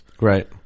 Right